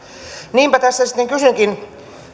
niinpä tässä sitten kysynkin